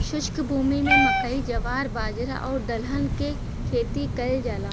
शुष्क भूमि में मकई, जवार, बाजरा आउर दलहन के खेती कयल जाला